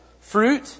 fruit